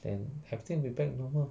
then have them be back to normal uh